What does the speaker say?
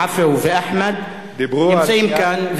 עפו ואחמד נמצאים כאן,